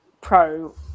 pro